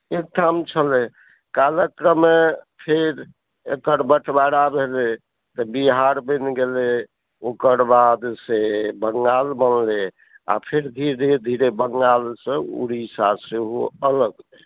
एकठाम छलै कालक्रममे फेर एकर बटवारा भेलै तऽ बिहार बनि गेलै ओकरबाद से बंगाल बनलै आ फेर धीरे धीरे बंगालसँ उड़ीसा सेहो अलग भेल